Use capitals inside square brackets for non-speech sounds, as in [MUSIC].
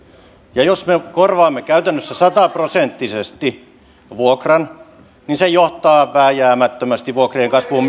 ja jos me korvaamme käytännössä sataprosenttisesti vuokran niin se johtaa vääjäämättömästi vuokrien kasvuun [UNINTELLIGIBLE]